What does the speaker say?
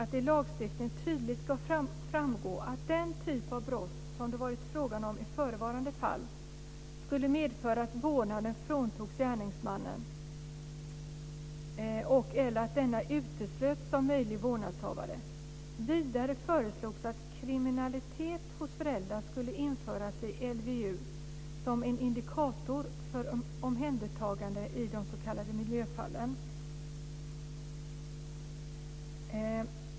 att det i lagstiftningen tydligt skulle framgå att den typ av brott som det varit fråga om i förevarande fall skulle medföra att vårdnaden fråntogs gärningsmannen och/eller att denne uteslöts som möjlig vårdnadshavare. Vidare föreslogs att kriminalitet hos förälder skulle införas i LVU som en indikation för omhändertagande i de s.k. miljöfallen."